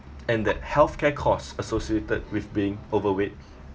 and that healthcare costs associated with being overweight